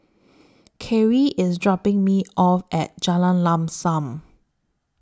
Karyl IS dropping Me off At Jalan Lam SAM